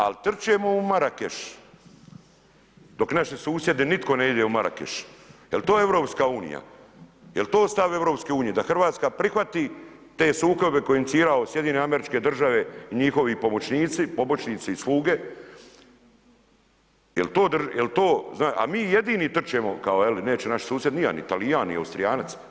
Al trčemo u Marakeš dok naši susjedi nitko ne ide u Marakeš, jel to EU, jel to stav EU, da Hrvatska prihvati te sukobe koje je inicirao SAD i njihovi pomoćnici, pobočnici i sluge jel to, a mi jedini trčemo kao je li neće naši susjedi ni jedan ni Talijan, ni Austrijanac.